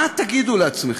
מה תגידו לעצמכם?